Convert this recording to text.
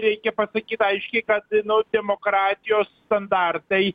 reikia pasakyt aiškiai kad nu demokratijos standartai